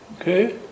Okay